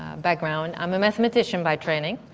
background. i'm a mathematician by training.